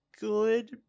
good